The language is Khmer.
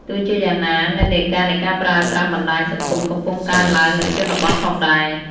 ទោះជាយ៉ាងណា និន្នាការនៃការប្រើប្រាស់បណ្ដាញសង្គមកំពុងកើនឡើងនៅជនបទផងដែរ។